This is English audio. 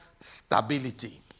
stability